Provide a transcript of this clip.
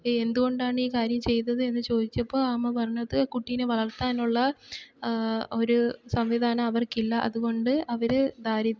എന്തുകൊണ്ടാണ് ഈ കാര്യം ചെയ്തത് എന്ന് ചോദിച്ചപ്പോൾ അമ്മ പറഞ്ഞത് കുട്ടിനെ വളർത്താനുള്ള ഒരു സംവിധാനം അവർക്കില്ല അതുകൊണ്ട് അവര് ദാരിദ്ര്യം